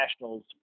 Nationals